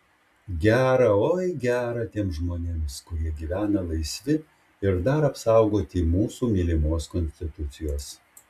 gera oi gera tiems žmonėms kurie gyvena laisvi ir dar apsaugoti mūsų mylimos konstitucijos